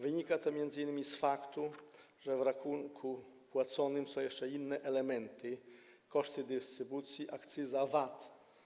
Wynika to m.in. z faktu, że w płaconym rachunku są jeszcze inne elementy - koszty dystrybucji, akcyza, VAT.